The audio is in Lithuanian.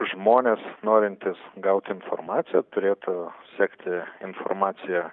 žmonės norintys gauti informaciją turėtų sekti informaciją